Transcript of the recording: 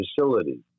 facility